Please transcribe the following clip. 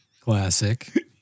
Classic